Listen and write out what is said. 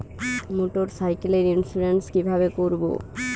মোটরসাইকেলের ইন্সুরেন্স কিভাবে করব?